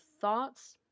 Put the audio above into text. thoughts